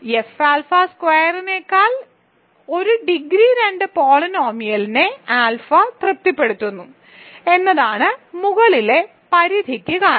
F alpha സ്ക്വയറിനേക്കാൾ ഒരു degree 2 പോളിനോമിയലിനെ ആൽഫ തൃപ്തിപ്പെടുത്തുന്നു എന്നതാണ് മുകളിലെ പരിധിക്ക് കാരണം